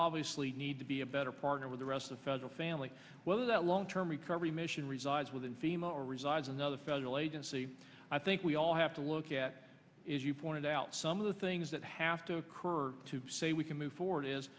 obviously need to be a better partner with the rest of federal family whether that long term recovery mission resides within female resides another federal agency i think we all have to look at is you pointed out some of the things that have to occur to say we can move forward is